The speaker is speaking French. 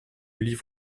livre